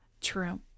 true